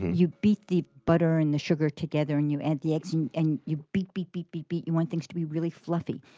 you beat the butter and the sugar together. and you add the eggs and you beat, beat, beat, beat, beat. you want things to be really fluffy.